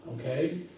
Okay